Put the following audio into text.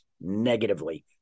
negatively